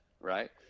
right